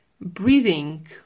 breathing